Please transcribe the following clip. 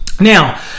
Now